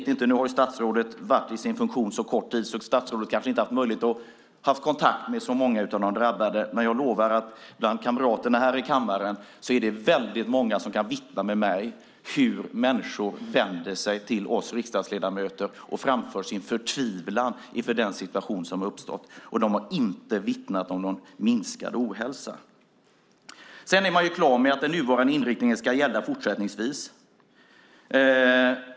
Nu har statsrådet varit i sin funktion så kort tid att statsrådet kanske inte har haft möjlighet att ha kontakt med så många av de drabbade. Men jag lovar att det bland kamraterna här i kammaren finns väldigt många som kan vittna om hur människor vänder sig till oss riksdagsledamöter och framför sin förtvivlan inför den situation som har uppstått. Och de har inte vittnat om någon minskad ohälsa. Sedan är man klar med att den nuvarande inriktningen fortsättningsvis ska gälla.